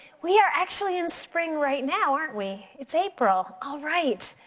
we are actually in spring right now, aren't we? it's april. all right,